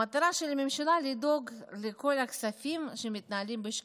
המטרה של הממשלה לדאוג לכל הכספים שמתנהלים בשקיפות.